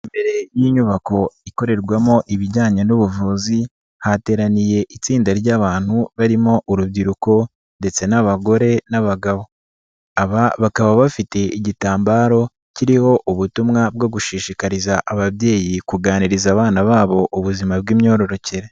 Imbere y'inyubako ikorerwamo ibijyanye n'ubuvuzi hateraniye itsinda ry'abantu barimo urubyiruko ndetse n'abagore n'abagabo, aba bakaba bafite igitambaro kiriho ubutumwa bwo gushishikariza ababyeyi kuganiriza abana babo ubuzima bw'imyororokere.